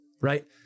right